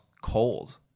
cold